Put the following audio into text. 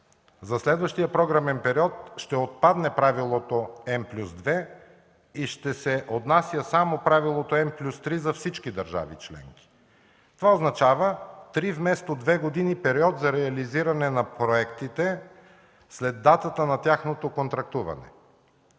За следващия програмен период ще отпадне правилото М+2, и ще се отнася само правилото М+3 за всички държави членки. Това означава три вместо две години период за реализиране на проектите след датата на тяхното контрактуване.